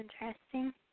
interesting